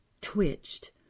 twitched